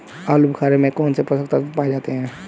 आलूबुखारा में कौन से पोषक तत्व पाए जाते हैं?